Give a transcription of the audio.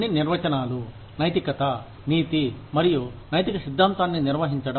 కొన్ని నిర్వచనాలు నైతికత నీతి మరియు నైతిక సిద్ధాంతాన్ని నిర్వహించడం